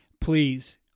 please